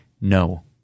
No